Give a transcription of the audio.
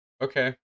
okay